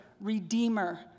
redeemer